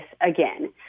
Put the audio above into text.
again